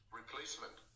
replacement